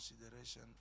consideration